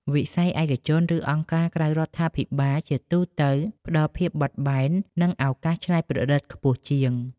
វិស័យឯកជន ឬអង្គការក្រៅរដ្ឋាភិបាលជាទូទៅផ្តល់ភាពបត់បែន និងឱកាសច្នៃប្រឌិតខ្ពស់ជាង។